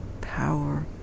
power